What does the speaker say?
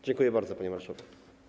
Dziękuję bardzo, panie marszałku.